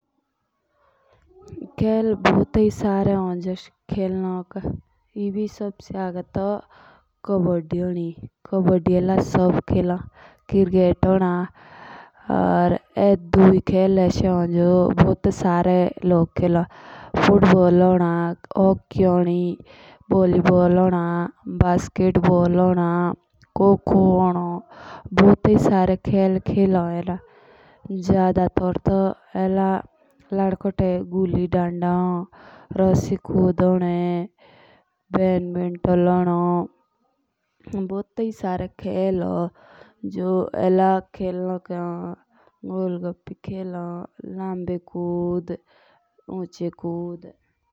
खेल बहुत सारे हों, खेलें, जैसे-कबड्डी होना चाहिए, किरकेट होना चाहिए, ये ऐसा हो, जो सबसे ज्यादा खराब हो, जाने वाले खेल हो। या बहुत सारे खेल भी होन जैसे फुटबॉल होनो बेन बंटान होनो। या जदातर तो लड़कोटे गुली डंडा होनो या बहुत सारा खेल खेले जाते हैं।